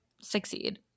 succeed